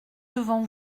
devant